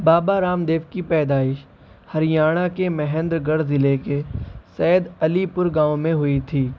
بابا رام دیو کی پیدائش ہریانہ کے مہیندر گڑھ ضلع کے سید علی پور گاؤں میں ہوئی تھی